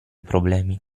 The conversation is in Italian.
problemi